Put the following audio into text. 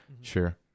Sure